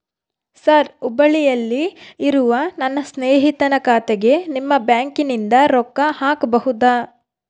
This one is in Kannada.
ಸರ್ ಹುಬ್ಬಳ್ಳಿಯಲ್ಲಿ ಇರುವ ನನ್ನ ಸ್ನೇಹಿತನ ಖಾತೆಗೆ ನಿಮ್ಮ ಬ್ಯಾಂಕಿನಿಂದ ರೊಕ್ಕ ಹಾಕಬಹುದಾ?